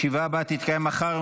הישיבה הבאה תתקיים מחר,